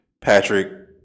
Patrick